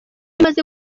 umaze